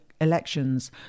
elections